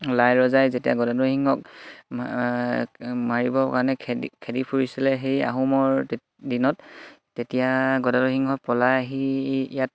লাই ৰজাই যেতিয়া গদাধৰ সিংহক মাৰিবৰ কাৰণে খেদি খেদি ফুৰিছিলে সেই আহোমৰ দিনত তেতিয়া গদাধৰ সিংহ পলাই আহি ইয়াত